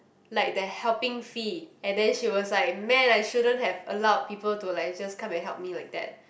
like the helping fee and then she was like man I shouldn't have allowed people to like just come and help me like that